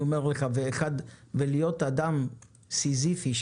להיות אדם שמקדם מאבק סיזיפי,